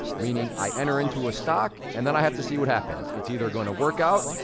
meaning i enter into a stock, and then i have to see what happens. it's either gonna work out,